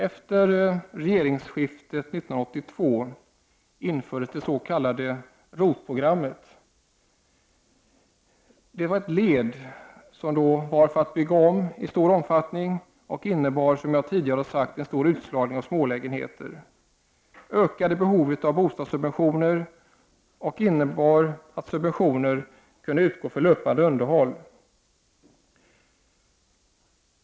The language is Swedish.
Efter regeringsskiftet 1982 infördes det s.k. ROT-programmet. Det var ett led i strävandena att bygga om i stor omfattning och innebar, som jag tidigare har sagt, en stor utslagning av smålägenheter. Det ökade behovet av bostadssubventioner och innebar att subventioner kunde utgå för löpande underhåll.